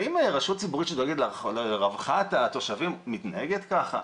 האם רשות ציבורית שדואגת לרווחת התושבים מתנהגת כך?